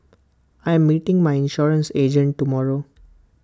I am meeting my insurance agent tomorrow